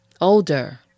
older